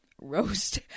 Roast